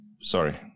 Sorry